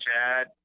chad